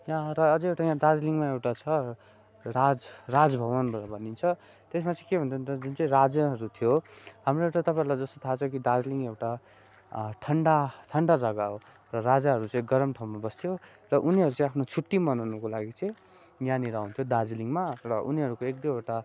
यहाँ र अझै एउटा दार्जिलिङमा एउटा छ र राज राजभवन भ भनिन्छ त्यसमा चाहिँ के भन्छ जुन चाहिँ राजाहरू थियो हाम्रो एउटा तपाईँहरूलाई जस्तो थाहा छ कि दार्जिलिङ एउटा ठन्डा ठन्डा जग्गा हो र राजाहरू चाहिँ गरम ठाउँमा बस्थ्यो र उनीहरू चाहिँ आफ्नो छुट्टी मनाउनुको लागि चाहिँ यहाँनिर आउँथ्यो दार्जिलिङमा र उनीहरूको एक दुईवटा